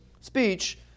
speech